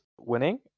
winning